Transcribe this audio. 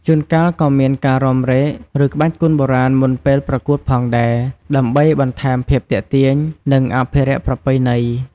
ជួនកាលក៏មានការរាំរែក ឬក្បាច់គុណបុរាណមុនពេលប្រកួតផងដែរ ដើម្បីបន្ថែមភាពទាក់ទាញ និងអភិរក្សប្រពៃណី។